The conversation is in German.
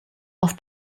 auf